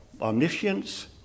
Omniscience